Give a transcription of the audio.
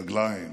רגליים,